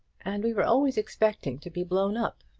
and we were always expecting to be blown up.